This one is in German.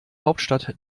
hauptstadt